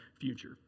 future